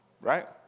right